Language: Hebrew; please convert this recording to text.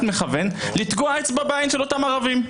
מכוון לתקוע אצבע בעין של אותם ערבים.